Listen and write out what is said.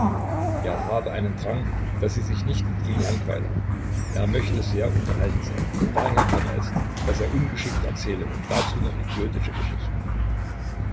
er habe einen drang daß sie sich nicht mit ihm langweile er möchte sehr unterhaltend sein und daher komme es daß er ungeschickt erzähle und noch dazu idiotische geschichten